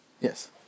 Yes